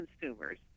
consumers